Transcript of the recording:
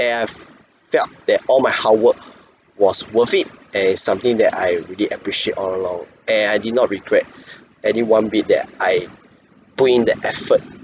I've felt that all my hard work was worth it and it's something that I really appreciate all along and I did not regret any one bit that I put in the effort